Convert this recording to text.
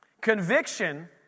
Conviction